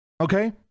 Okay